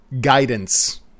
guidance